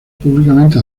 públicamente